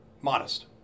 modest